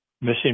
missing